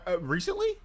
recently